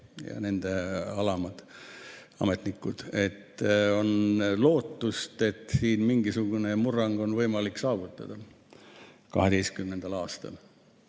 nende alamad, ametnikud. On lootust, et siin mingisugune murrang on võimalik saavutada selle